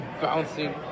bouncing